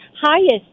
highest